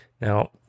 Now